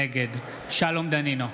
נגד שלום דנינו,